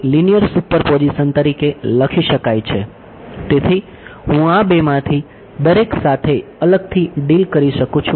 અત્યાર સુધી અને TM હતું